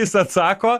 jis atsako